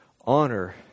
honor